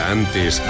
antes